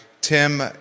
Tim